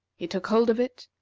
he took hold of it,